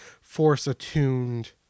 force-attuned